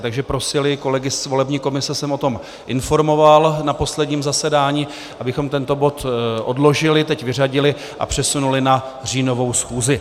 Takže prosili kolegy z volební komise jsem o tom informoval na posledním zasedání abychom tento bod odložili, teď vyřadili a přesunuli na říjnovou schůzi.